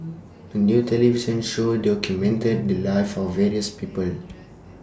A New television Show documented The Lives of various People